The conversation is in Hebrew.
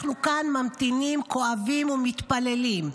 אנחנו כאן ממתינים, כואבים ומתפללים.